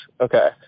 Okay